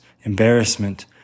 embarrassment